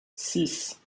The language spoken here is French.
six